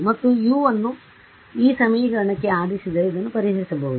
ಮತ್ತು U ಅನ್ನು ಈ ಸಮೀಕರಣಕ್ಕೆ ಆದೇಶಿಸಿದರೆ ಇದನ್ನು ಪರಿಹರಿಸಬಹುದು